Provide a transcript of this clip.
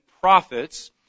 prophets